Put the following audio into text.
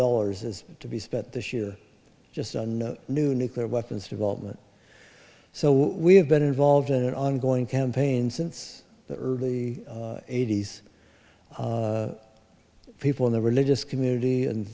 dollars is to be spent this year just on new nuclear weapons development so we have been involved in an ongoing campaign since the early eighty's people in the religious community and